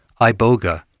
Iboga